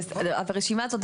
הרשימה הזאת,